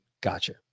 Gotcha